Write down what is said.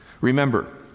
Remember